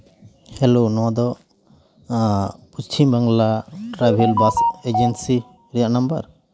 hello ᱱᱚᱣᱟ ᱫᱚ ᱱᱚᱣᱟ Paschim Bangla travel bus agency ᱨᱮᱭᱟᱜ ᱱᱟᱢᱵᱟᱨ